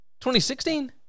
2016